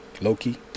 Loki